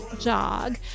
jog